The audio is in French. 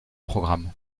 programme